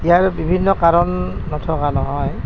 ইয়াৰ বিভিন্ন কাৰণ নথকা নহয়